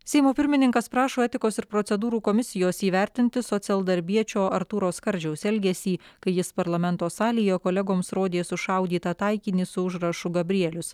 seimo pirmininkas prašo etikos ir procedūrų komisijos įvertinti socialdarbiečio artūro skardžiaus elgesį kai jis parlamento salėje kolegoms rodė sušaudytą taikinį su užrašu gabrielius